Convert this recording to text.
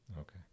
Okay